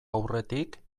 aurretik